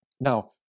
now